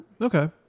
Okay